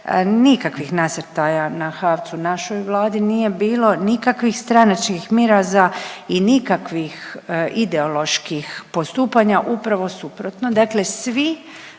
nikakvih nasrtaja na HAVC u našoj Vladi nije bilo, nikakvih stranačkih miraza i nikakvih ideoloških postupanja, upravo suprotno. Dakle, svi